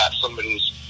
somebody's